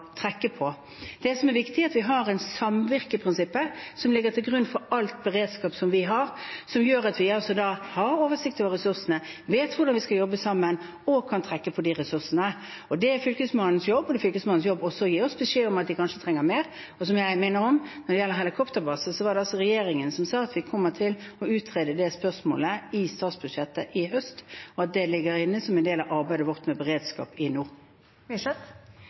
på. Det som er viktig, er at vi har samvirkeprinsippet, som ligger til grunn for all beredskap vi har, og som gjør at vi har oversikt over ressursene, vet hvordan vi skal jobbe sammen, og kan trekke på de ressursene. Det er Fylkesmannens jobb. Det er også Fylkesmannens jobb å gi oss beskjed om at de kanskje trenger mer. Og som jeg minner om: Når det gjelder helikopterbase, var det regjeringen som sa at vi kommer til å utrede det spørsmålet i forbindelse med statsbudsjettet til høsten, og at det ligger inne som en del av arbeidet vårt med beredskap